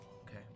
Okay